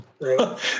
right